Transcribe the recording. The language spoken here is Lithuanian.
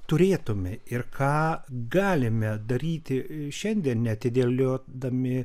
turėtume ir ką galime daryti šiandien neatidėliodami